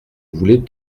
voulais